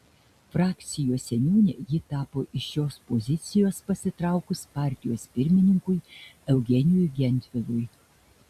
frakcijos seniūne ji tapo iš šios pozicijos pasitraukus partijos pirmininkui eugenijui gentvilui